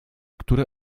które